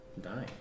dying